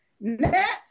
Next